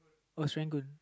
oh Serangoon